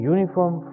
Uniform